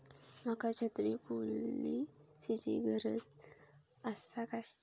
माका छत्री पॉलिसिची गरज आसा काय?